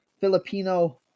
Filipino